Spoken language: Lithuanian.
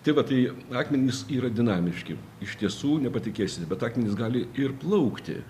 tai va tai akmenys yra dinamiški iš tiesų nepatikėsite bet akmenys gali ir plaukti